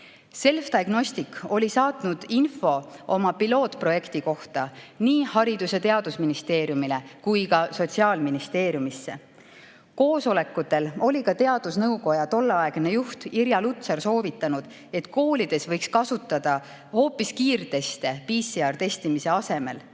Selfdiagnostics oli saatnud info oma pilootprojekti kohta nii Haridus‑ ja Teadusministeeriumisse kui ka Sotsiaalministeeriumisse. Koosolekutel oli ka teadusnõukoja tolleaegne juht Irja Lutsar soovitanud, et koolides võiks kasutada hoopis kiirteste PCR‑testimise asemel.